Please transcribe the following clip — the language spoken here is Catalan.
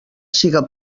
siga